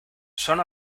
son